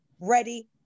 ready